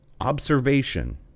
Observation